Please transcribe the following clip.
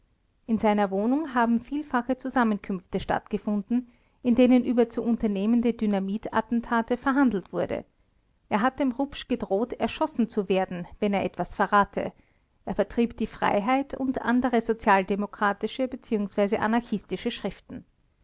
in seiner wohnung haben vielfache zusammenkünfte stattgefunden in denen über zu unternehmende dynamitattentate verhandelt wurde er hat dem rupsch gedroht erschossen zu werden wenn er etwas verrate er vertrieb die freiheit und andere sozialdemokratische bzw anarchistische schriften